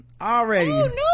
already